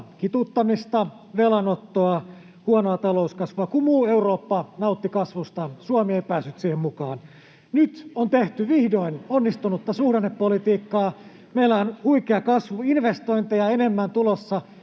kituuttamista, velanottoa, huonoa talouskasvua. Kun muu Eurooppa nautti kasvustaan, Suomi ei päässyt siihen mukaan. Nyt on tehty vihdoin onnistunutta suhdannepolitiikkaa. Meillä on huikea kasvu ja investointeja enemmän tulossa